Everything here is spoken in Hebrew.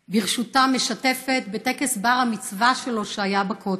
ברשותם, משתפת בטקס בר-המצווה שלו, שהיה בכותל.